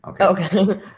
Okay